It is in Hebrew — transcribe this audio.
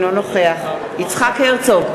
אינו נוכח יצחק הרצוג,